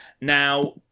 Now